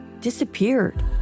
disappeared